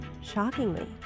shockingly